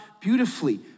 beautifully